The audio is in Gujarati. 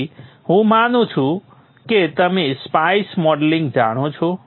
તેથી હું માનું છું કે તમે સ્પાઇસ મોડેલિંગ જાણો છો